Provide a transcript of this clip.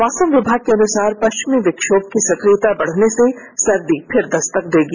मौसम विभाग की अनुसार पश्चिमी विक्षोभ की सक्रियता बढ़ने से सर्दी फिर दस्तक देगी